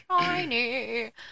shiny